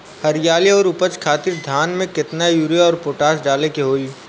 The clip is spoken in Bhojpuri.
हरियाली और उपज खातिर धान में केतना यूरिया और पोटाश डाले के होई?